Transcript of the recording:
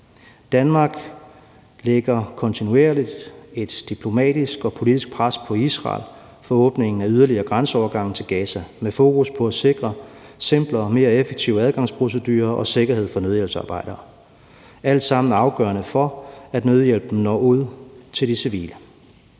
Danmark lægger kontinuerligt et diplomatisk og politisk pres på Israel for åbning af yderligere grænseovergange til Gaza med fokus på at sikre simplere og mere effektive adgangsprocedurer og sikkerhed for nødhjælpsarbejdere. Det er alt sammen afgørende for, at nødhjælpen når ud til de civile.